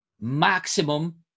maximum